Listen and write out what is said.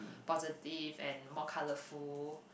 positive and more colorful